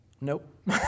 Nope